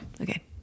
Okay